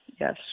yes